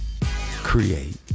create